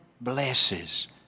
blesses